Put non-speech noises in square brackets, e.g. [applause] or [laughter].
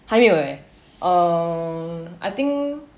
还没有 eh [breath] um I think